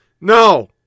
No